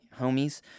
homies